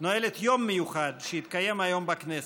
יום מיוחד שהתקיים היום בכנסת.